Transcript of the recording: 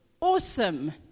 awesome